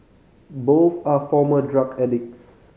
both are former drug addicts